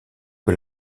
que